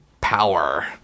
power